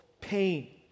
pain